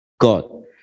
God